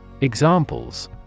Examples